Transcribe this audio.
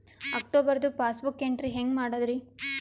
ಅಕ್ಟೋಬರ್ದು passbook entry ಹೆಂಗ್ ಮಾಡದ್ರಿ?